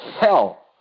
hell